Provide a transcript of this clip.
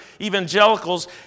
evangelicals